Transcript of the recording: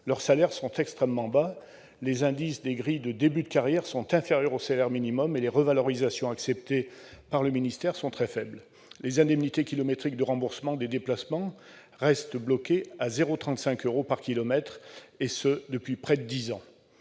Leurs salaires sont extrêmement bas : les indices des grilles de début de carrière sont inférieurs au salaire minimum et les revalorisations acceptées par le ministère sont très faibles. Les indemnités de remboursement des déplacements restent bloquées à 0,35 euro par kilomètre depuis près de dix ans.